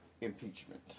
impeachment